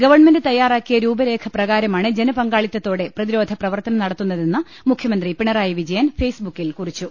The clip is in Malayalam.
ഗവൺമെന്റ് തയ്യാറാക്കിയ രൂപരേഖ പ്രകാരമാണ് ജനപങ്കാളിത്തത്തോടെ പ്രതിരോധ പ്രവർത്തനം നട ത്തുന്നതെന്ന് മുഖ്യമന്ത്രി പിണറായി വിജയൻ ഫെയ്സ്ബുക്കിൽ കുറിച്ചു